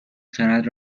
خرد